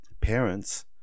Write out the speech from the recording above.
parents